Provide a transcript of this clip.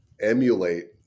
emulate